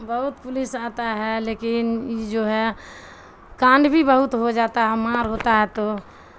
بہت پولیس آتا ہے لیکن جو ہے کانڈ بھی بہت ہو جاتا ہے مار ہوتا ہے تو